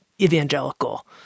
evangelical